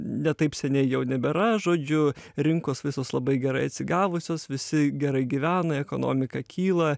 ne taip seniai jau nebėra žodžiu rinkos visos labai gerai atsigavusios visi gerai gyvena ekonomika kyla